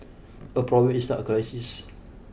a problem is not a crisis